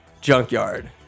junkyard